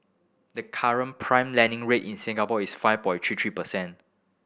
the current prime lending rate in Singapore is five point three three percent